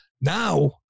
Now